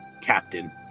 Captain